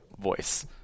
voice